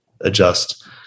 adjust